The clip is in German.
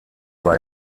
war